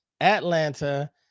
Atlanta